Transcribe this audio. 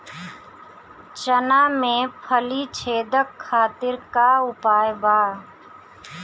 चना में फली छेदक खातिर का उपाय बा?